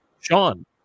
Sean